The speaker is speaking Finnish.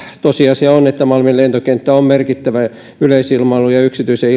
tosiasia on että malmin lentokenttä on merkittävä yleisilmailun ja yksityisen